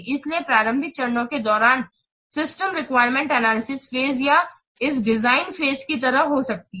इसलिए प्रारंभिक चरण के दौरान सिस्टम रेकुइरेमेंट अनालुय्सिस फेज या इस डिज़ाइन फेज की तरह हो सकता है